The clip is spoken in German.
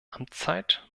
amtszeit